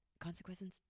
consequences